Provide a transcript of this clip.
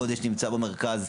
הגודש נמצא במרכז,